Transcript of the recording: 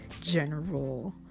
general